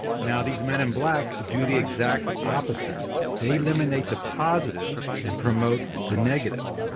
now, these men in black do the exact opposite they eliminate the positive and promote the negative.